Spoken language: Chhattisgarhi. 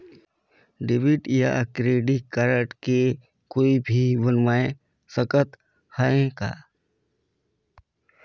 डेबिट या क्रेडिट कारड के कोई भी बनवाय सकत है का?